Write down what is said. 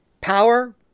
power